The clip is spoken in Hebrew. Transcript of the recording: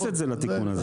תכניס את זה לתיקון הזה.